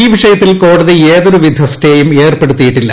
ഈ വിഷയത്തിൽ കോടതി യാതൊരു വിധ സ്റ്റേയും ഏർപ്പെടുത്തിയിട്ടില്ല